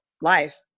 life